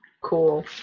cool